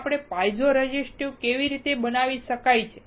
હવે આપણે તેને પાઇઝો રેઝિસ્ટિવ કેવી રીતે બનાવી શકીએ